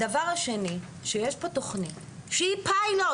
הדבר השני, יש פה תוכנית שהיא פיילוט.